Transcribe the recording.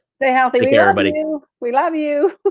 stay healthy, yeah but and and we love you.